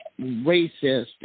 racist